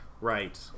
Right